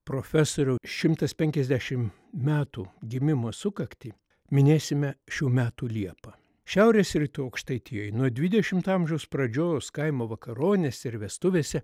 profesorio šimtas penkiasdešimt metų gimimo sukaktį minėsime šių metų liepą šiaurės rytų aukštaitijoj nuo dvidešimto amžiaus pradžios kaimo vakaronėse ir vestuvėse